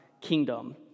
kingdom